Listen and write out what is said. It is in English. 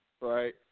Right